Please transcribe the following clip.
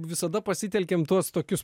visada pasitelkiam tuos tokius